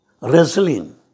wrestling